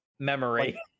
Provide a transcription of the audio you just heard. Memory